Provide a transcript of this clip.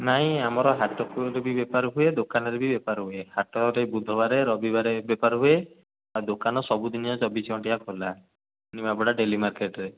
ନାଇଁ ଆମର ହାଟକୁ ବି ବେପାର ହୁଏ ଦୋକାନରେ ବି ବେପାର ହୁଏ ହାଟରେ ବୁଧବାର ରବିବାର ବେପାର ହୁଏ ଆଉ ଦୋକାନ ସବୁ ଦିନିଆ ଚବିଶ ଘଣ୍ଟିଆ ଖୋଲା ନିମାପଡ଼ା ଡେଲି ମାର୍କେଟରେ